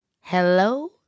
Hello